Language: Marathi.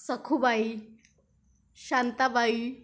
सखूबाई शांताबाई